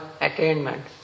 attainment